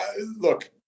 Look